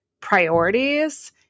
priorities